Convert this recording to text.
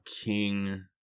King